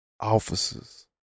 officers